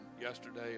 yesterday